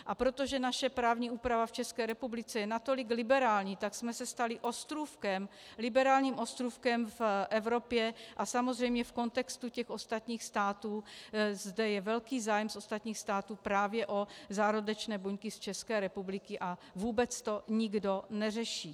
A protože naše právní úprava v České republice je natolik liberální, tak jsme se stali liberálním ostrůvkem v Evropě a samozřejmě v kontextu těch ostatních států zde je velký zájem z ostatních států právě o zárodečné buňky z České republiky a vůbec to nikdo neřeší.